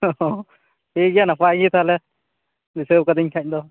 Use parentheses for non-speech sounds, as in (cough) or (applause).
(unintelligible) ᱴᱷᱤᱠ ᱜᱮᱭᱟ ᱱᱟᱯᱟᱭ ᱜᱮ ᱛᱟᱦᱚᱞᱮ ᱫᱤᱥᱟᱹᱣ ᱟᱠᱟᱹᱣᱫᱤᱧ ᱠᱷᱟᱡ ᱫᱚ